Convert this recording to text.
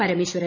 Parameswaran